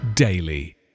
daily